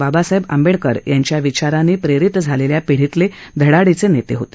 बाबासाहेब आंबडेकरांच्या विचारांनी प्रेरित झालेल्या पिढीतले धडाडीचे नेते होते